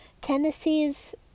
Tennessee's